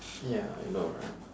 ya I know right